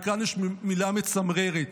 וכאן יש מילה מצמררת,